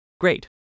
Great